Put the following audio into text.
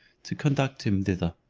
to conduct him thither.